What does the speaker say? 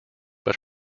but